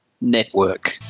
Network